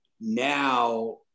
now